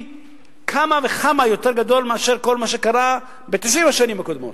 כמה וכמה מכל מה שקרה ב-90 השנים הקודמות,